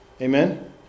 Amen